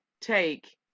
take